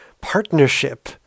partnership